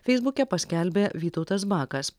feisbuke paskelbė vytautas bakas